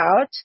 out